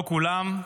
לא כולם,